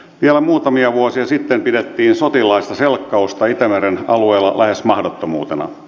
vielä muutamia vuosia sitten pidettiin sotilaallista selkkausta itämeren alueella lähes mahdottomuutena